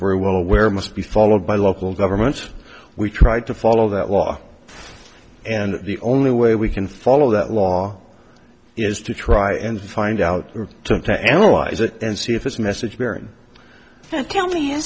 very well aware must be followed by local governments we try to follow that law and the only way we can follow that law is to try and find out who took to analyze it and see if its message bearing tell me